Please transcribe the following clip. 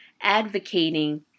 advocating